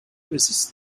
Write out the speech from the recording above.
resist